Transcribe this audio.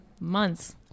months